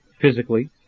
physically